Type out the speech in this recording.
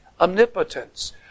Omnipotence